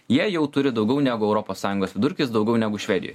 jie jau turi daugiau negu europos sąjungos vidurkis daugiau negu švedijoj